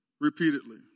repeatedly